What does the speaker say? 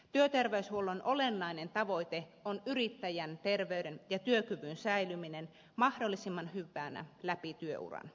työterveyshuollon olennainen tavoite on yrittäjän terveyden ja työkyvyn säilyminen mahdollisimman hyvänä läpi työuran